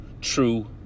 true